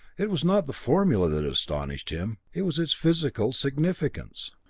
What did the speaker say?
it was not the formula that astonished him it was its physical significance.